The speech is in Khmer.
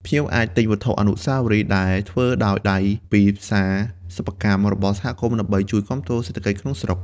ភ្ញៀវអាចទិញវត្ថុអនុស្សាវរីយ៍ដែលធ្វើដោយដៃពី ផ្សារសិប្បកម្ម របស់សហគមន៍ដើម្បីជួយគាំទ្រសេដ្ឋកិច្ចក្នុងស្រុក។